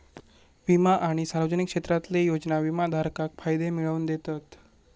विमा आणि सार्वजनिक क्षेत्रातले योजना विमाधारकाक फायदे मिळवन दितत